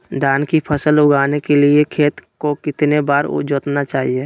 धान की फसल उगाने के लिए खेत को कितने बार जोतना चाइए?